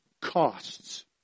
Costs